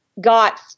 got